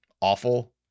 awful